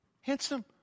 handsome